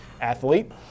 athlete